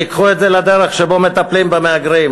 תיקחו את זה לדרך שבה מטפלים במהגרים.